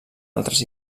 altres